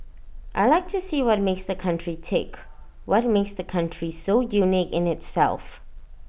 I Like to see what makes the country tick what makes the country so unique in itself